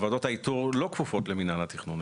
ועדות האיתור אינן כפופות למינהל התכנון,